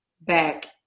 back